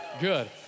Good